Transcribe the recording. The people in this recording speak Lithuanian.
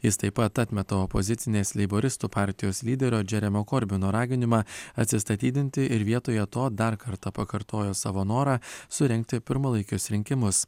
jis taip pat atmeta opozicinės leiboristų partijos lyderio džeremio korbino raginimą atsistatydinti ir vietoje to dar kartą pakartojo savo norą surengti pirmalaikius rinkimus